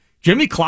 Jimmy